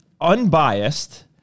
unbiased